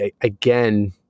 again